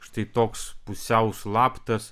štai toks pusiau slaptas